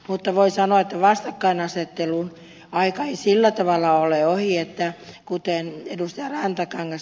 mutta voi sanoa että vastakkaisasettelun aika ei sillä tavalla ole ohi että kuten ed